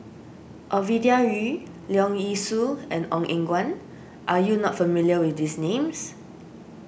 Ovidia Yu Leong Yee Soo and Ong Eng Guan are you not familiar with these names